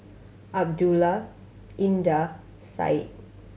Abdullah Indah Syed